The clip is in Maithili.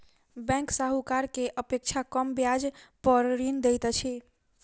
बैंक साहूकार के अपेक्षा कम ब्याज पर ऋण दैत अछि